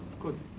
Good